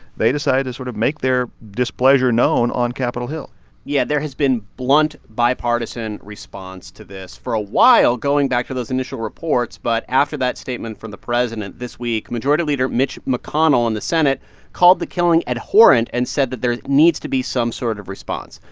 they decided to sort of make their displeasure known on capitol hill yeah. there has been blunt bipartisan response to this for a while, going back to those initial reports. but after that statement from the president this week, majority leader mitch mcconnell in the senate called the killing abhorrent and said that there needs to be some sort of response.